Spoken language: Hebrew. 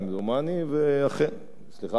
שלוש שנים.